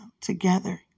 together